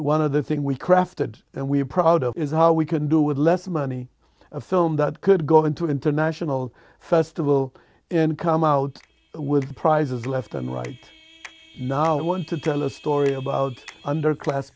one of the thing we crafted and we're proud of is how we can do with less money a film that could go into international festival and come out with prizes left and right now i want to tell a story about underclass